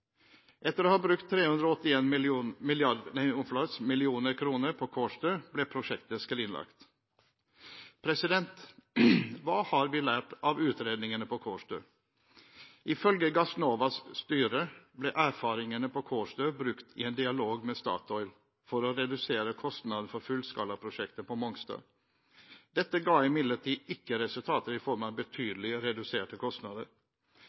Etter å ha brukt 381 mill. kr på Kårstø, ble prosjektet skrinlagt. Hva har vi lært av utredningene på Kårstø? Ifølge Gassnovas styre ble erfaringene på Kårstø brukt i en dialog med Statoil for å redusere kostnadene for fullskalaprosjektet på Mongstad. Dette ga imidlertid ikke resultater i form av betydelig reduserte kostnader.